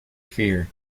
fear